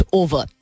over